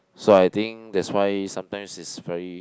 so I think that's why sometimes it's very